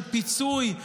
תודה, גברתי.